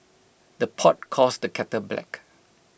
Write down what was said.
the pot calls the kettle black